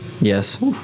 Yes